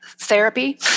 therapy